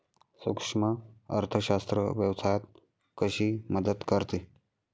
सूक्ष्म अर्थशास्त्र व्यवसायात कशी मदत करते?